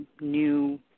new